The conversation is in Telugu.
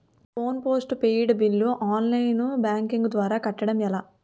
Phone postpaid bill online banking ద్వారా కట్టడం ఎలా?